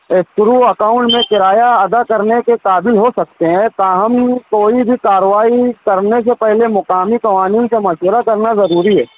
ایک تھرو اکاؤنٹ میں کرایہ ادا کرنے کے قابل ہو سکتے ہیں تاہم کوئی بھی کاروائی کرنے سے پہلے مقامی قوانین کا مشورہ کرنا ضروری ہے